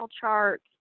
chart